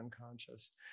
unconscious